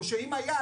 או שאם היה,